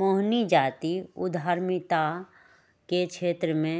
मोहिनी जाति उधमिता के क्षेत्र मे